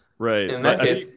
Right